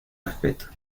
respeto